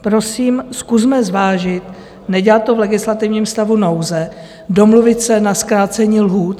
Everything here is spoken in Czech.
Prosím, zkusme zvážit, nedělat to v legislativním stavu nouze, domluvit se na zkrácení lhůt.